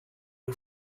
who